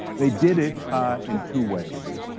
they did it in two ways.